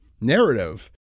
narrative